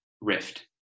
rift